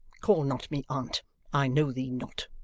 call not me aunt i know thee not.